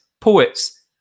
poets